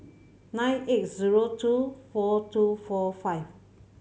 nine eight zero two four two four five